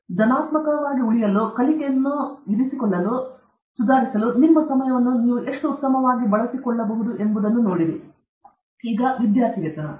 ಮತ್ತು ಧನಾತ್ಮಕ ಉಳಿಯಲು ಕಲಿಕೆ ಇರಿಸಿಕೊಳ್ಳಲು ಸುಧಾರಿಸಲು ನಿಮ್ಮ ಸಮಯವನ್ನು ಎಷ್ಟು ಉತ್ತಮವಾಗಿ ಬಳಸಿಕೊಳ್ಳುತ್ತೀರಿ ಎಂಬುದನ್ನು ನೋಡಿರಿ ನಂತರ ವಿದ್ಯಾರ್ಥಿವೇತನ